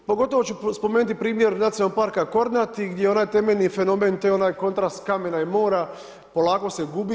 Pogotovo ću spomenuti primjer nacionalnog parka Kornati, gdje je onaj temeljni fenomen, to je onaj kontrast kamena i mora, polako se gubi.